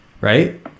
Right